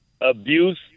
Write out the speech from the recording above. abuse